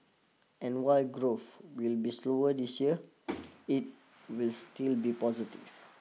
and while growth will be slower this year it will still be positive